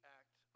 act